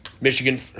Michigan